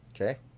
Okay